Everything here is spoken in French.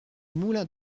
moulin